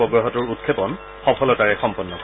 উপগ্ৰহটোৰ উৎক্ষেপণ সফলতাৰে সম্পন্ন কৰে